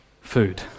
Food